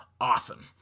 awesome